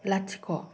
लाथिख'